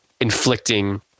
inflicting